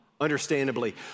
understandably